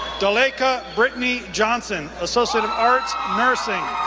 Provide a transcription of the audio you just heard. delayca brittany johnson, associate of arts, nursing.